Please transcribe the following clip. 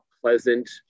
pleasant